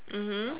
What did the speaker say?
mmhmm